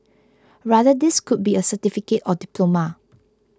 rather this could be a certificate or diploma